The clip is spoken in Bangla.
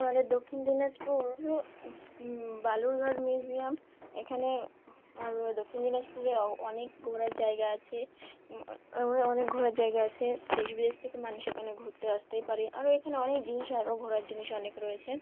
আমাদের দক্ষিণ দিনাজপুর বালুরঘাট মিউজিয়াম এখানে আর দক্ষিণ দিনাজপুরে অনেক ঘোরার জায়গা আছে অনেক ঘোরার জায়গা আছে দেশ বিদেশ থেকে মানুষ এখানে ঘুরতে আসতেই পারে আরও এখানে অনেক জিনিস আরও ঘোরার জিনিস অনেক রয়েছে